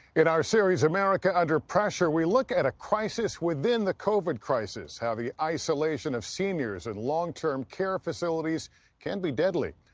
in our series, america under pressure, we look at a crisis within the covid crisis, how the isolation of seniors in and long-term care facilities can be deadly.